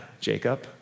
Jacob